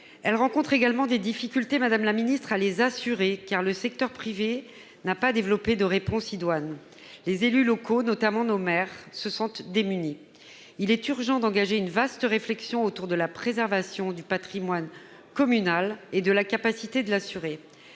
Elles rencontrent également des difficultés à les assurer, madame la ministre, car le secteur privé n'a pas développé les réponses idoines. Les élus locaux, notamment nos maires, se sentent démunis. Il est urgent d'engager une vaste réflexion sur la préservation du patrimoine communal et la capacité de l'assurer.